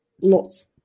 lots